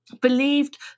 believed